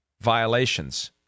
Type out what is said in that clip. violations